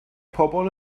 pobol